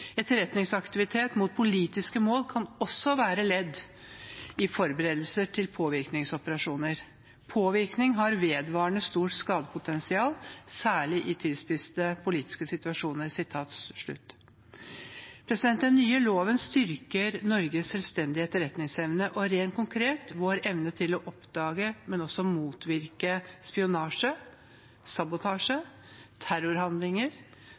Etterretningsaktivitet mot politiske mål kan også være ledd i forberedelser til påvirkningsoperasjoner. Påvirkning har vedvarende stort skadepotensial, særlig i tilspissede politiske situasjoner.» Den nye loven styrker Norges selvstendige etterretningsevne og rent konkret vår evne til å oppdage, men også motvirke spionasje, sabotasje, terrorhandlinger,